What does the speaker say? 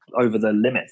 over-the-limit